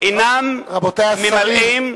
אינם ממלאים,